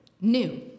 new